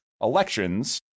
elections